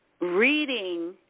reading